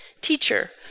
Teacher